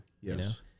Yes